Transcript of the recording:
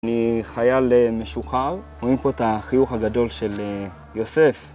אני חייל משוחרר, רואים פה את החיוך הגדול של יוסף.